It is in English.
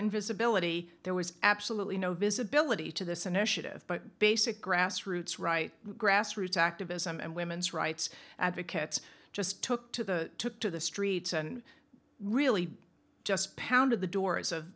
invisibility there was absolutely no visibility to this initiative but basic grassroots right grassroots activism and women's rights advocates just took to the to the streets and really just pounded the doors of